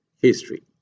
history